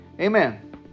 Amen